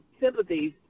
sympathies